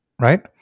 right